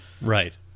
Right